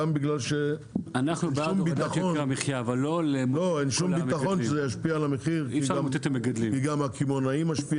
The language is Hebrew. גם בגלל שאין שום ביטחון שזה ישפיע על המחיר כי גם הקמעונאי משפיע